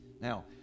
Now